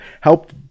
help